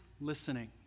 listening